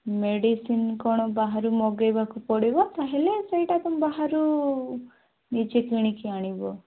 medicine କ'ଣ ବାହାରୁ ମଗାଇବାକୁ ପଡ଼ିବ ତାହେଲେ ସେଇଟା ତମେ ବାହାରୁ ନିଜେ କିଣିକି ଆଣିବ